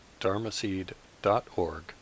dharmaseed.org